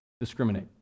discriminate